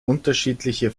unterschiedliche